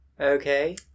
okay